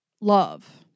love